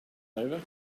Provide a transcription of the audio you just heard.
over